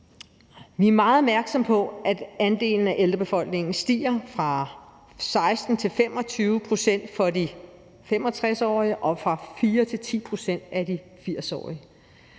Vi er meget opmærksomme på, at andelen af ældrebefolkningen stiger fra 16 til 25 pct. for de 65-årige og fra 4 til 10 pct. for de 80-årige.